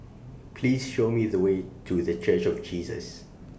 Please Show Me The Way to The Church of Jesus